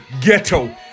ghetto